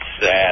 sad